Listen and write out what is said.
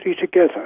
together